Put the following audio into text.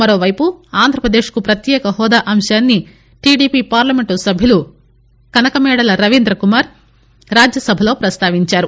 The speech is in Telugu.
మరోవైపు ఆంద్రప్రదేశ్ కు ప్రత్యేక హోదా అంశాన్ని టిడిపి పార్లమెంట్ సభ్యుడు కనకమేడల రవీంద్ర కుమార్ రాజ్యసభలో ప్రస్తావించారు